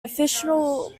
official